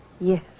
Yes